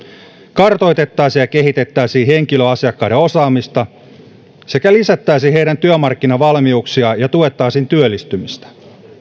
kartoitettaisiin ja kehitettäisiin henkilöasiakkaiden osaamista sekä lisättäisiin heidän työmarkkinavalmiuksiaan ja tuettaisiin työllistymistä